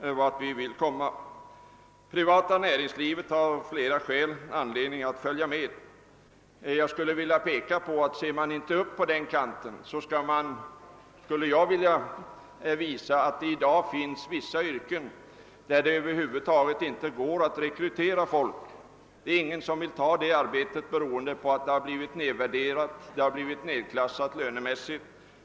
Det privata näringslivet har många anledningar att följa efter. Inom vissa yrken går det i dag inte att rekrytera folk — ingen vill ha arbetet därför att det blivit nedvärderat, nedklassat lönemässigt.